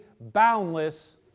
boundless